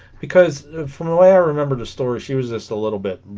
because from the way i remember the story she was just a little bit